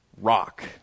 rock